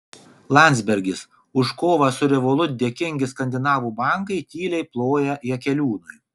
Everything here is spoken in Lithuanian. landsbergis už kovą su revolut dėkingi skandinavų bankai tyliai ploja jakeliūnui